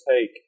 take